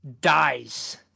dies